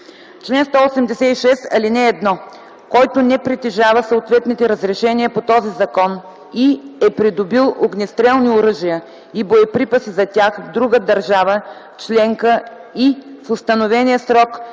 на 5000 лв. (2) Който притежава съответните разрешения по този закон и е придобил огнестрелни оръжия и боеприпаси за тях в друга държава членка и в установения срок